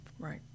Right